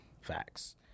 Facts